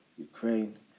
Ukraine